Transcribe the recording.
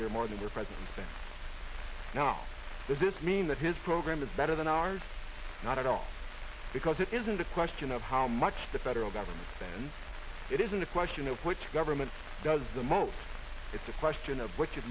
year more than your presents and now does this mean that his program is better than ours not at all because it isn't a question of how much the federal government spends it isn't a question of which government does the most it's a question of what you